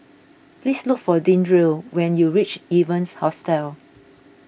please look for Deandre when you reach Evans Hostel